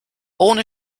ohne